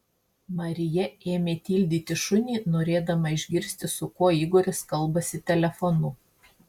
marija ėmė tildyti šunį norėdama išgirsti su kuo igoris kalbasi telefonu